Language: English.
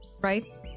right